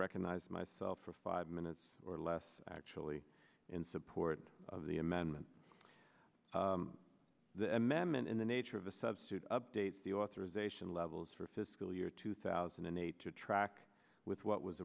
recognize myself for five minutes or less actually in support of the amendment the amendment in the nature of a substitute update the authorization levels for fiscal year two thousand and eight to track with what was